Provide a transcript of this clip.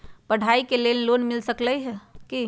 पढाई के लेल लोन मिल सकलई ह की?